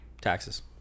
Taxes